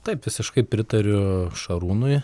taip visiškai pritariu šarūnui